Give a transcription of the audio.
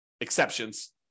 exceptions